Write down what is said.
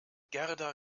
gerda